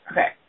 Okay